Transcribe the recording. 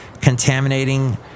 contaminating